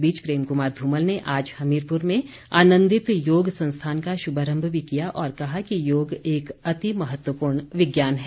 इस बीच प्रेम कुमार धूमल ने आज हमीरपुर में आनन्दित योग संस्थान का शुभारम्भ भी किया और कहा कि योग एक अति महत्वपूर्ण विज्ञान है